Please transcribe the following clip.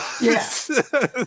Yes